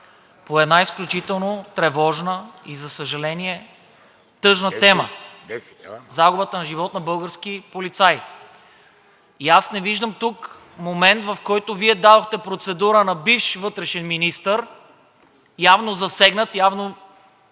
по една изключително тревожна и за съжаление, тъжна тема – загубата на живот на български полицай. Не виждам тук момент, в който Вие дадохте процедура на бивш вътрешен министър, явно засегнат, явно